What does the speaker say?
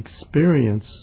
experience